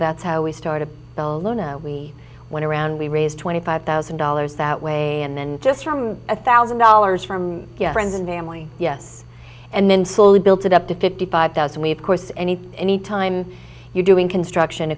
that's how we started we went around we raised twenty five thousand dollars that way and then just from a thousand dollars from friends and family yes and then slowly built it up to fifty five thousand we of course any anytime you're doing construction